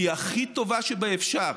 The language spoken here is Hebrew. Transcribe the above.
היא הכי טובה שאפשר.